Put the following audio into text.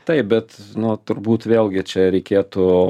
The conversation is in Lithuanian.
taip bet nu turbūt vėlgi čia reikėtų